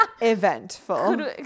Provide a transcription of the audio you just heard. eventful